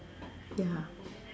ya